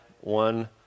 one